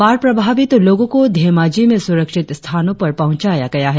बाढ़ प्रभावित लोगो को धेमाजी में सुरक्षित स्थानो पर पहुंचाया गया है